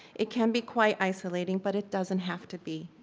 it can be quite isolating, but it doesn't have to be.